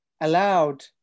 allowed